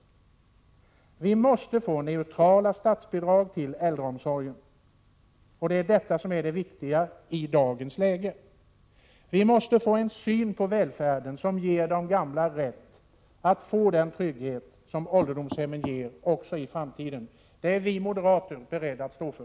Det viktiga i dagens läge är att vi måste få neutrala statsbidrag till äldreomsorgen. Välfärden för de gamla måste innebära att de också i framtiden får rätt till den trygghet som ålderdomshemmen ger. Det är vi moderater beredda att stå för.